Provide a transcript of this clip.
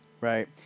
Right